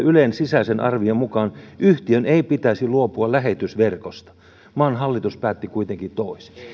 ylen sisäisen arvion mukaan yhtiön ei pitäisi luopua lähetysverkosta maan hallitus päätti kuitenkin toisin